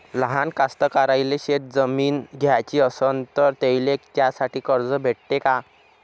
लहान कास्तकाराइले शेतजमीन घ्याची असन तर त्याईले त्यासाठी कर्ज भेटते का?